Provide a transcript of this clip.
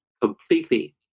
completely